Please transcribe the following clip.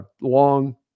long